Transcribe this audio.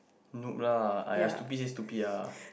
noob lah !aiya! stupid say stupid lah